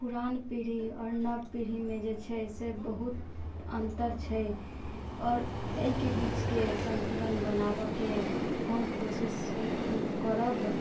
पुरान पीढ़ी आओर नव पीढ़ीमे जे छै से बहुत अन्तर छै आओर अइके बीचके सन्तुलन बनाबऽके हम कोशिश करब